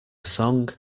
song